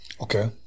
okay